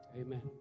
amen